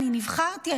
נבחרתי,